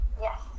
Yes